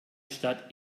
stadt